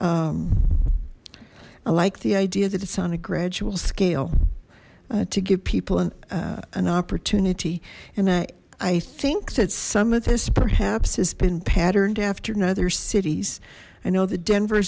right i like the idea that it's on a gradual scale to give people an opportunity and i i think that some of this perhaps has been patterned after in other cities i know the denver